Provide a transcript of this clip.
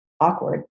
awkward